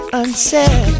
unsaid